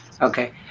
Okay